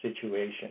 situation